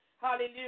Hallelujah